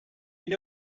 you